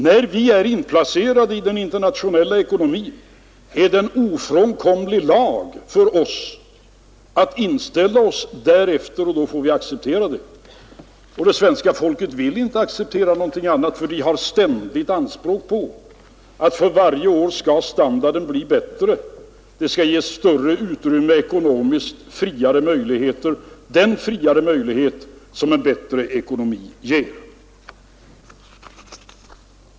När vi är inplacerade i den internationella ekonomin, är det en ofrånkomlig lag för oss att inställa oss därefter. Det får vi acceptera. Det svenska folket vill inte heller acceptera något annat. Man har ständiga anspråk att standarden för varje år skall bli allt bättre, att man skall få ökade ekonomiska möjligheter och den större frihet som en bättre ekonomi ger.